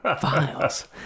files